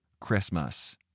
Christmas